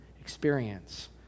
experience